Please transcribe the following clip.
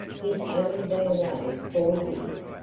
he's only been away four years,